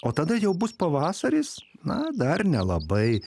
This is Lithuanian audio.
o tada jau bus pavasaris na dar nelabai